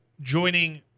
joining